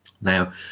Now